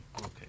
Okay